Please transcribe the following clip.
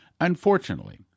Unfortunately